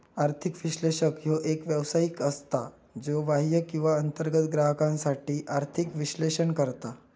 आर्थिक विश्लेषक ह्यो एक व्यावसायिक असता, ज्यो बाह्य किंवा अंतर्गत ग्राहकांसाठी आर्थिक विश्लेषण करता